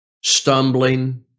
stumbling